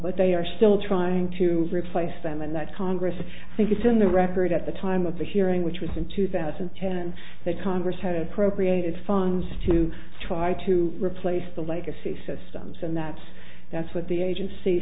but they are still trying to replace them and that congress i think is in the record at the time of the hearing which was in two thousand and ten that congress had appropriated funds to try to replace the legacy systems and that's that's what the agency